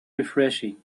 refreshing